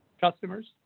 customers